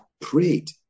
prayed